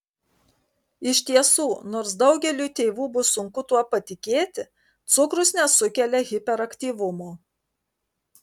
iš tiesų nors daugeliui tėvų bus sunku tuo patikėti cukrus nesukelia hiperaktyvumo